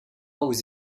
aux